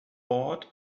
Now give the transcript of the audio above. bought